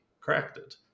corrected